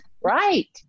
Right